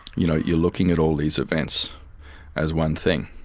you know you're looking at all these events as one thing,